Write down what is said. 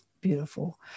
Beautiful